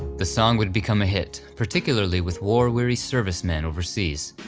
the song would become a hit particularly with war-weary servicemen overseas,